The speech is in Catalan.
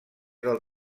del